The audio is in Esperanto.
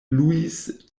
luis